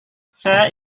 saya